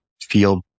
feel